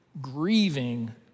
grieving